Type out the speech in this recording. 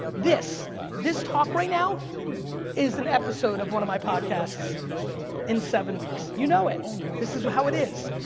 this this talk right now is an episode of one of my podcasts in seven weeks. you know it. this is how it is.